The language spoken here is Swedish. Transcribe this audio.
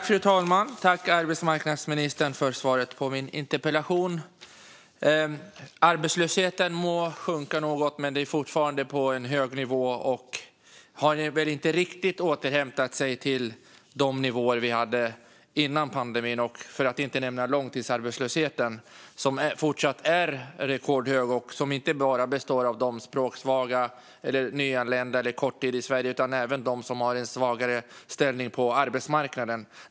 Fru talman! Jag tackar arbetsmarknadsministern för svaret på min interpellation. Arbetslösheten må sjunka något, men är fortfarande på en hög nivå och har väl inte riktigt återhämtat sig till de nivåer vi hade före pandemin - för att inte nämna långtidsarbetslösheten, som fortsatt är rekordhög och inte bara drabbar språksvaga personer och nyanlända som varit kort tid i Sverige utan även andra som har en svag ställning på arbetsmarknaden.